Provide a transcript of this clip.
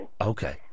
Okay